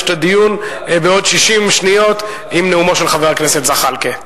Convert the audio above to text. את הדיון בעוד 60 שניות עם נאומו של חבר הכנסת זחאלקה.